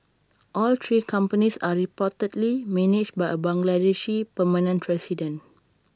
all three companies are reportedly managed by A Bangladeshi permanent resident